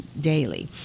daily